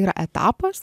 yra etapas